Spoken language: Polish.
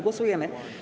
Głosujemy.